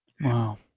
Wow